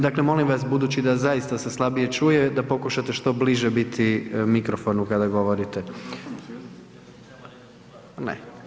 Dakle molim vas budući da zaista se slabije čuje da pokušate što bliže biti mikrofonu kada govorite. … [[Upadica se ne razumije.]] Ne.